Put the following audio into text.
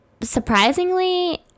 surprisingly